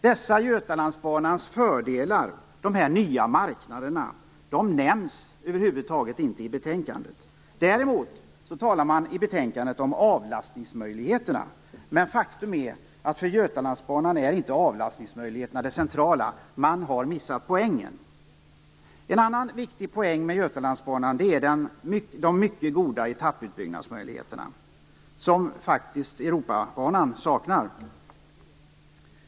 Dessa fördelar med Götalandsbanan - de nya marknaderna - nämns över huvud taget inte i betänkandet. Däremot talar man i betänkandet om avlastningsmöjligheterna. Men faktum är att avlastningsmöjligheterna inte är det centrala för Götalandsbanan. Man har missat poängen. En annan viktig poäng med Götalandsbanan är de mycket goda etapputbyggnadsmöjligheterna, som Europabanan faktiskt saknar.